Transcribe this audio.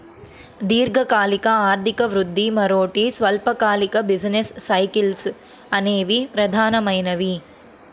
దీర్ఘకాలిక ఆర్థిక వృద్ధి, మరోటి స్వల్పకాలిక బిజినెస్ సైకిల్స్ అనేవి ప్రధానమైనవి